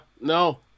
no